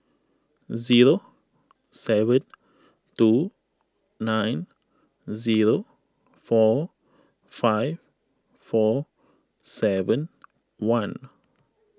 zero seven two nine zero four five four seven one